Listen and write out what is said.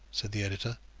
said the editor.